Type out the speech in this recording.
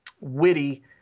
witty